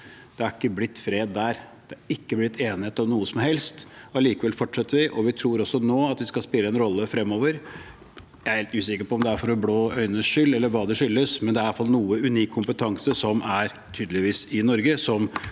Det har ikke blitt fred der. Det har ikke blitt enighet om noe som helst. Allikevel fortsetter vi, og vi tror også nå at vi skal spille en rolle fremover. Jeg er litt usikker på om det er for de blå øynes skyld eller hva det skyldes, men det er iallfall tydeligvis noe unik kompetanse i Norge,